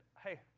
hey